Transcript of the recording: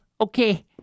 Okay